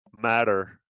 Matter